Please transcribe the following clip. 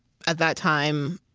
at that time.